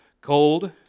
Cold